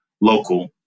local